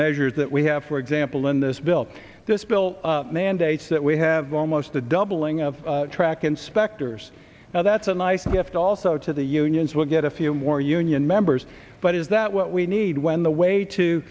measures that we have for example in this bill this bill mandates that we have almost a doubling of track inspectors now that's a nice gift also to the unions will get a few more union members but is that what we need when the way to